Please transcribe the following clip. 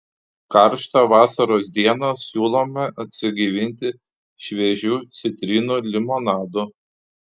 karštą vasaros dieną siūlome atsigaivinti šviežiu citrinų limonadu